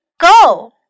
Go